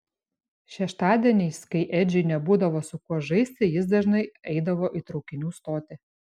šeštadieniais kai edžiui nebūdavo su kuo žaisti jis dažnai eidavo į traukinių stotį